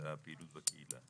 את הפעילות בקהילה.